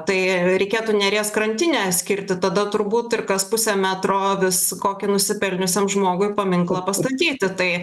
tai reikėtų neries krantinę skirti tada turbūt ir kas pusę metro vis kokį nusipelniusiam žmogui paminklą pastatyti tai